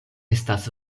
estas